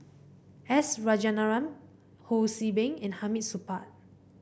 S Rajaratnam Ho See Beng and Hamid Supaat